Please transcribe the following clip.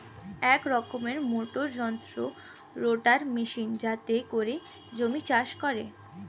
এক রকমের মোটর যন্ত্র রোটার মেশিন যাতে করে জমি চাষ করে